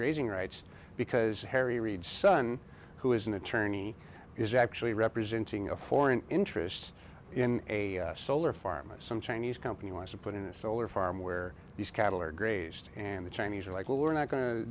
grazing rights because harry reid's son who is an attorney is actually representing a foreign interests in a solar farm and some chinese company wants to put in a solar farm where these cattle are grazed and the chinese are like well we're not go